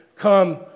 Come